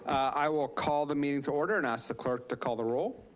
i will call the meeting to order and ask the clerk to call the role.